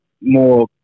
more